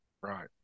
Right